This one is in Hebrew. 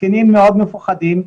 הזקנים מאוד מפוחדים,